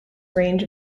range